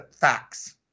facts